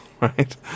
Right